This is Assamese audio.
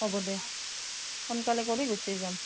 হ'ব দে সোনকালে কৰি গুচি যাম